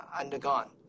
undergone